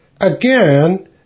Again